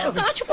so god